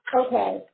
okay